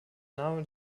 name